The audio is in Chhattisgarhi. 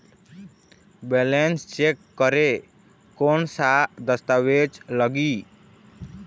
बैलेंस चेक करें कोन सा दस्तावेज लगी?